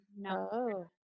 no